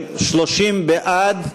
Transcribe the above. כן, 30 בעד,